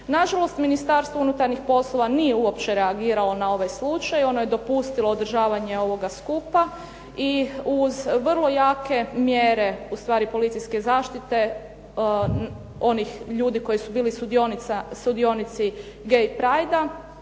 Nažalost Ministarstvo unutarnjih poslova nije uopće reagiralo na ovaj slučaj, ono je dopustilo održavanje ovoga skupa i uz vrlo jake mjere ustvari policijske zaštite onih ljudi koji su bili sudionici gay pride-a